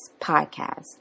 podcast